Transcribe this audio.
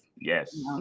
Yes